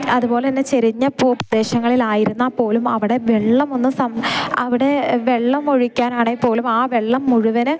അതുപോലെ തന്നെ ചെരിഞ്ഞ ഭൂപ്രദേശങ്ങളിലായിരുന്നാൽ പോലും അവിടെ വെള്ളമൊന്നും സം അവിടെ വെള്ളം ഒഴിക്കാനാണേൽ പോലും ആ വെള്ളം മുഴുവന്